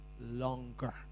longer